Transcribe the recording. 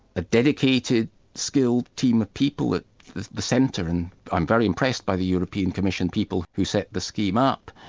a dedicated skilled team of people at the the centre, and i'm very impressed by the european commission people who set the scheme up,